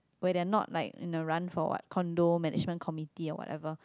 where they're not like in the run for what condo management committee or whatever